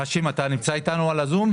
האשם, אתה נמצא ב-זום?